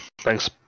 Thanks